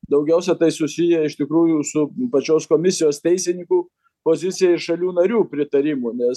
daugiausia tai susiję iš tikrųjų su pačios komisijos teisinikų pozicija ir šalių narių pritarimu nes